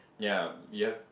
ya you have